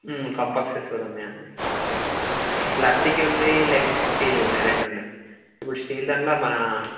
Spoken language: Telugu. కంబాక్సెస్ కూడా ఉన్నాయండి ప్లాస్టిక్వి ఉన్నాయి లేకపోతే స్టీల్వి ఉన్నాయి రెండు ఉన్నాయి ఇప్పుడు స్టీల్ దాంట్లో మన